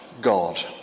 God